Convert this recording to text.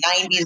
90s